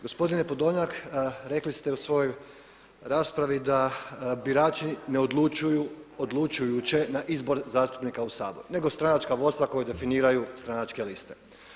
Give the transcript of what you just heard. Gospodine Podolnjak, rekli ste u svojoj raspravi da birači ne odlučuju odlučujuće na izbor zastupnika u Sabor, nego stranačka vodstva koja definiraju stranačke liste.